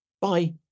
Bye